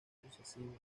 sucesivos